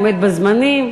עומד בזמנים.